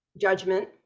judgment